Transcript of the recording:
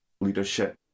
leadership